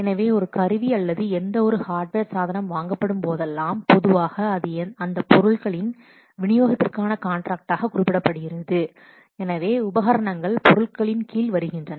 எனவே ஒரு கருவி அல்லது எந்தவொரு ஹார்டுவேர் சாதனம் வாங்கப்படும் போதெல்லாம் பொதுவாக அது அந்த பொருட்களின் விநியோகத்திற்கான காண்ட்ராக்ட் ஆக குறிப்பிடப்படுகிறது எனவே உபகரணங்கள் பொருட்களின் கீழ் வருகின்றன